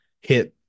hit